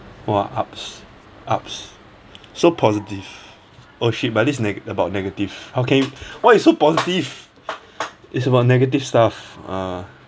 !wah! ups ups so positive oh shit but this nega~ about negative how can you why you so positive it's about negative stuff uh